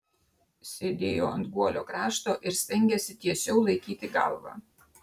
sėdėjo ant guolio krašto ir stengėsi tiesiau laikyti galvą